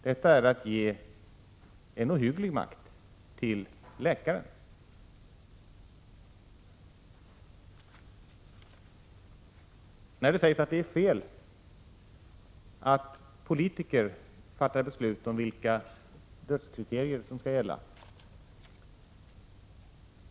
Det är att ge en ohygglig makt åt läkaren. Det sägs att det är fel att politiker skall fatta beslut om vilka dödskriterier som skall gälla.